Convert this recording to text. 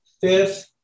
fifth